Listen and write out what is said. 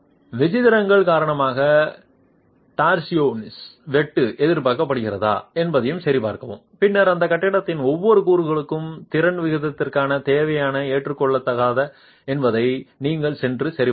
விசித்திரங்கள் காரணமாக டார்சியோனல் வெட்டு எதிர்பார்க்கப்படுகிறதா என்பதையும் சரிபார்க்கவும் பின்னர் அந்த கட்டத்தில் ஒவ்வொரு கூறுகளுக்கும் திறன் விகிதத்திற்கான தேவை ஏற்றுக்கொள்ளத்தக்கதா என்பதை நீங்கள் சென்று சரிபார்க்கலாம்